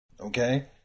Okay